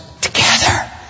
together